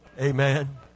Amen